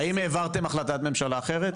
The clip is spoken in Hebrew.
האם העברתם החלטת ממשלה אחרת?